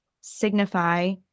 signify